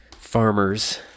farmers